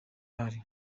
ahari